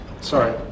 Sorry